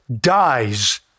dies